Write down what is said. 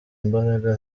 imbaraga